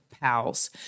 pals